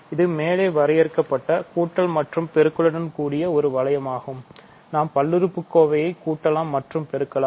இது மேலே வரையறுக்கப்பட்ட கூட்டல் மற்றும் பெருக்கலுடன் கூடிய ஒரு வளையமாகும் நாம் பல்லுறுப்புக்கோவைகளைச் கூட்டலாம் மற்றும் பெருக்கலாம்